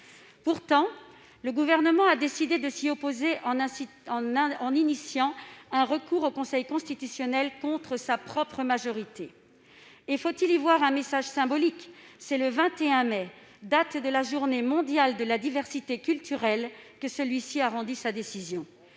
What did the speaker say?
Pourtant, le Gouvernement a décidé de s'y opposer en déposant un recours devant le Conseil constitutionnel, contre sa propre majorité. Et- faut-il y voir un message symbolique ?-, c'est le 21 mai, date de la Journée mondiale pour la diversité culturelle, le dialogue et